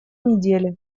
недели